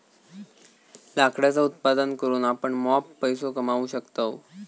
लाकडाचा उत्पादन करून आपण मॉप पैसो कमावू शकतव